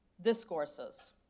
discourses